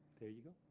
there you